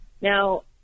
Now